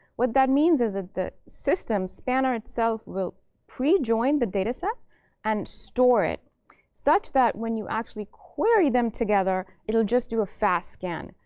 what that means is that the system, spanner itself, will pre-join the dataset and store it such that when you actually query them together, it'll just do a fast scan,